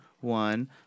one